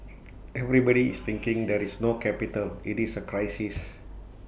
everybody is thinking there is no capital IT is A crisis